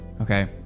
Okay